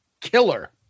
killer